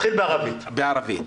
(מדבר בערבית).....